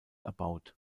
erbaut